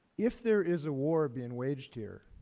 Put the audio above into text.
if there is a war being waged here,